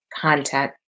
content